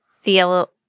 feel